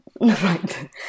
Right